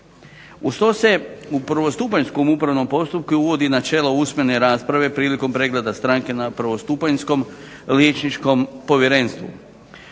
Uz to se u prvostupanjskom upravnom postupku uvodi načelo usmene rasprave prilikom pregleda stranke na prvostupanjskom liječničkom povjerenstvu